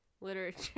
literature